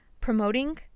promoting